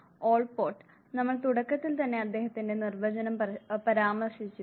Allport നമ്മൾ തുടക്കത്തിൽ തന്നെ അദ്ദേഹത്തിന്റെ നിർവചനം പരാമർശിച്ചിരുന്നു